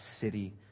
city